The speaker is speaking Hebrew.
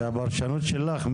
זאת הפרשנות שלך.